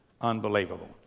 unbelievable